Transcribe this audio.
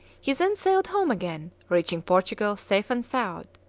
he then sailed home again, reaching portugal safe and sound,